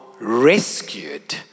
rescued